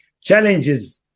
challenges